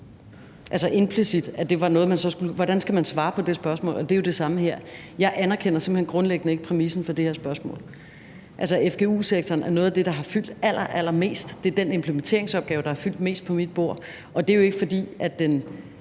du er holdt op med at slå din kone. Altså, hvordan skal man svare på det spørgsmål? Det er jo det samme her. Jeg anerkender simpelt hen grundlæggende ikke præmissen for det her spørgsmål. Altså, fgu-sektoren er noget af det, der har fyldt allerallermest. Det er den implementeringsopgave, der har fyldt mest på mit bord, og det er jo ikke, fordi den